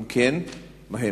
אם כן, מה הם?